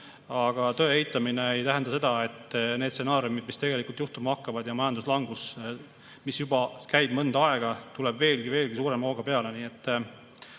aga tõe eitamine ei tähenda seda, et [ei oleks] neid stsenaariume, mis tegelikult juhtuma hakkavad. Majanduslangus, mis käib juba mõnda aega, tuleb veelgi-veelgi suurema hooga peale.